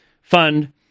fund